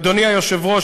אדוני היושב-ראש,